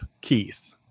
Keith